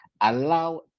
Allow